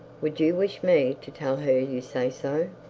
would you wish me to tell her you say so?